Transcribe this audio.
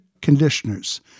Conditioners